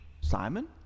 Simon